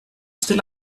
still